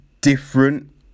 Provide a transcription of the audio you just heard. different